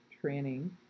Training